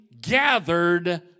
gathered